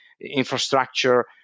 infrastructure